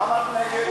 למה היית נגד המליאה?